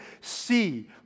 see